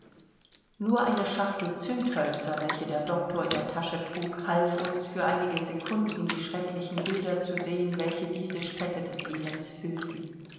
nur eine schachtel zündhölzel welche der doktor in der tasche trug half uns für einige sekunden die schrecklichen bilder zu sehen welche diese stätte des elends füllten